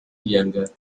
younger